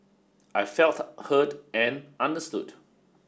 I felt heard and understood